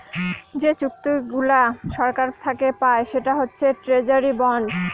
যে চুক্তিগুলা সরকার থাকে পায় সেটা হচ্ছে ট্রেজারি বন্ড